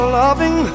loving